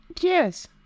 Yes